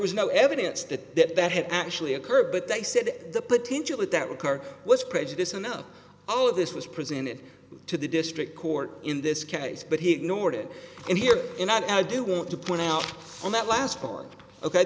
was no evidence that that had actually occurred but they said the potential is that the car was prejudice and now all of this was presented to the district court in this case but he ignored it and here and i do want to point out on that